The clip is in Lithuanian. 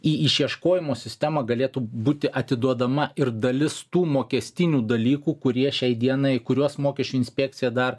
į išieškojimo sistemą galėtų būti atiduodama ir dalis tų mokestinių dalykų kurie šiai dienai kuriuos mokesčių inspekcija dar